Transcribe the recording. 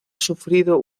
sufrido